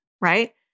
right